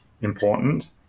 important